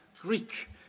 Greek